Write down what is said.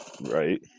Right